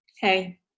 Hey